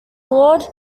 lord